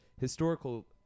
historical